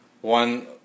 one